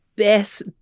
Best